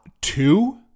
two